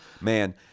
man